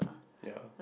ya